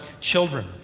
children